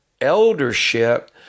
eldership